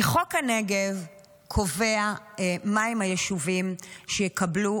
כי חוק הנגב קובע מהם היישובים שיקבלו